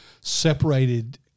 separated